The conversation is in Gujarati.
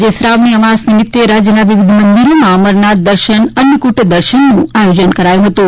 આજે શ્રાવણી અમાસ નિમિત્તે રાજ્યના વિવિધ મંદિરોમાં અમરનાથ દર્શન અન્નકુટ દર્શનનું આયોજન કરાયું હતું